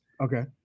Okay